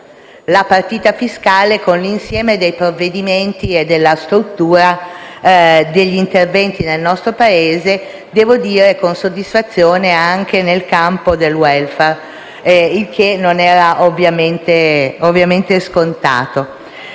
la partita fiscale con l'insieme dei provvedimenti e della struttura degli interventi nel nostro Paese, devo dire con soddisfazione, anche nel campo del *welfare*. Ciò non era scontato.